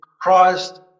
Christ